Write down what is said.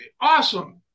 awesome